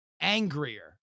angrier